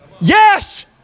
Yes